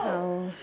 ଆଉ